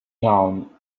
down